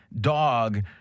dog